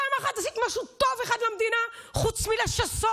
פעם אחת עשית משהו טוב אחד במדינה חוץ מלשסות?